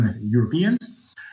Europeans